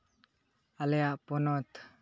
ᱟᱞᱮᱭᱟᱜ ᱯᱚᱱᱚᱛ